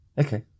Okay